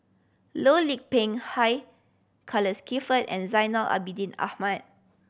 Loh Lik Peng Hugh Charles Clifford and Zainal Abidin Ahmad